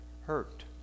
hurt